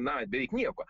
na beveik nieko